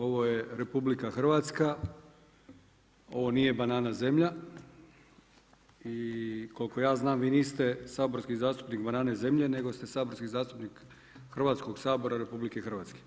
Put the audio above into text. Ovo je RH, ovo nije banana zemlja i koliko ja znam vi niste saborski zastupnik banana zemlje nego ste saborski zastupnik Hrvatskog sabora RH.